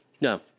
No